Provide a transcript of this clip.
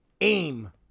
Aim